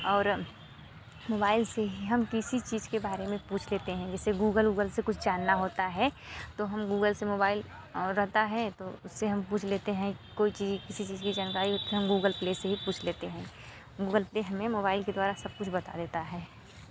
और मोबाइल से ही हम किसी चीज के बारे में पूछ लेते हैं जैसे गूगल ऊगल से कुछ जानना होता है तो हम गूगल से मोबाइल रहता है तो उससे हम पूछ लेते हैं कोई चीज किसी चीज की जानकारी हम गूगल प्ले से ही पूछ लेते हैं गूगल प्ले हमें मोबाईल के द्वारा सब कुछ बता देता है